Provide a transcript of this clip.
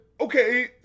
okay